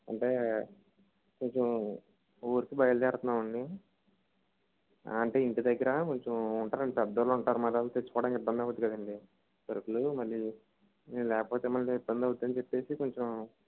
అంటే కొంచెం ఊరికి బయలుదేరుతున్నాం అండి అంటే ఇంటి దగ్గర కొంచెం ఉంటారండి పెద్దవాళ్ళు ఉంటారు మరి వాళ్ళు తెచ్చుకోవడానికి ఇబ్బంది అవుతుంది కదండీ సరుకులు మళ్ళీ మేము లేకపోతే మళ్ళీ ఇబ్బందవుద్దని చెప్పేసి కొంచెం